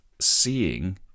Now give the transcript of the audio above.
Seeing